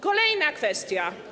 Kolejna kwestia.